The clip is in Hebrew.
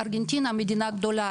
ארגנטינה מדינה גדולה,